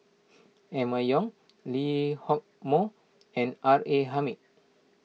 Emma Yong Lee Hock Moh and R A Hamid